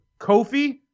Kofi